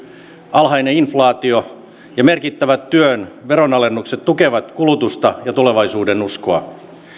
alhainen inflaatio ja merkittävät työn veronalennukset tukevat kulutusta ja tulevaisuudenuskoa